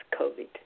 COVID